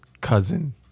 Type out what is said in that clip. cousin